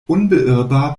unbeirrbar